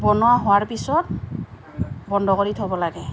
বনোৱা হোৱাৰ পিছত বন্ধ কৰি থ'ব লাগে